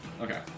Okay